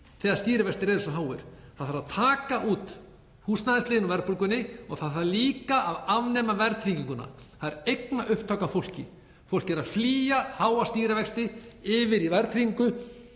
þegar stýrivextir eru svo háir. Það þarf að taka húsnæðisliðinn út úr verðbólgunni og það þarf líka að afnema verðtrygginguna. Það er eignaupptaka af fólki. Fólk er að flýja háa stýrivexti yfir í verðtryggingu